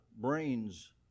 brains